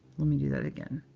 let me do that again.